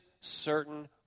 certain